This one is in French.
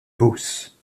beauce